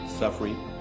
suffering